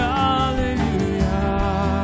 hallelujah